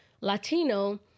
Latino